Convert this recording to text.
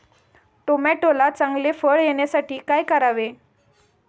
टोमॅटोला चांगले फळ येण्यासाठी काय करावे?